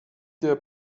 der